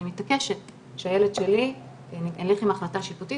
אני מתעקשת שהילד שלי בהליך עם החלטה שיפוטית